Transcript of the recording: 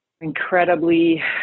incredibly